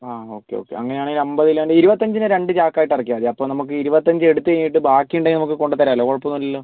okay okay അങ്ങനെയാണേ അൻപത് കിലോന്റെ ഇരുപത്തഞ്ചിന്റെ രണ്ട് ചാക്കയിട്ടിറക്കിയാൽ മതി നമുക്ക് ഇരുപത്തഞ്ച് എടുത്ത് കഴിഞ്ഞിട്ട് ബാക്കിയുണ്ടെങ്കിൽ നമുക്ക് കൊണ്ടത്തെരാലോ കുഴപ്പമൊന്നും ഇല്ലല്ലോ